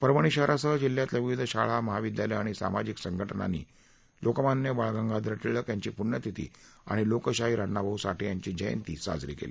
परभणी शहरासह जिल्ह्यातल्या विविध शाळा महाविद्यालयं आणि सामाजिक संघटनांनी लोकमान्य बाळगंगाधर टिळक यांची पूण्यतिथी आणि लोकशाहीर अण्णाभाऊ साठे यांची जयंती साजरी केली